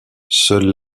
seule